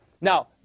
Now